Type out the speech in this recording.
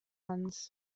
ones